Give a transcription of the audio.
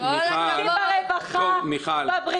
ברווחה, בבריאות.